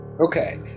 Okay